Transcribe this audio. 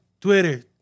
Twitter